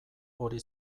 hori